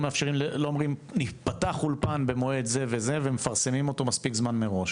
אומרים ייפתח אולפן במועד זה וזה ומפרסמים אותו מספיק זמן מראש,